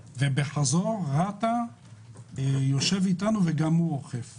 ובחזור אנשי רת"א יושבים אתנו וגם הם אוכפים